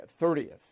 30th